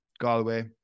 Galway